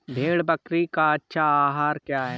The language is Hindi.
भेड़ बकरी का अच्छा आहार क्या है?